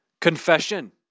Confession